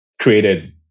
created